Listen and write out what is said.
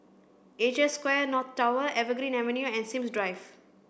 Asia Square North Tower Evergreen Avenue and Sims Drive